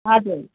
हजुर